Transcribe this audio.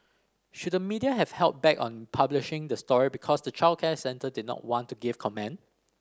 should the media have held back on publishing the story because the childcare centre did not want to give comment